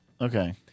Okay